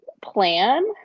plan